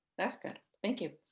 that's good. thank you.